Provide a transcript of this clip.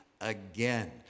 again